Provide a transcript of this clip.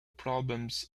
problems